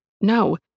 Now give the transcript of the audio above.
No